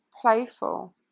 playful